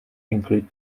include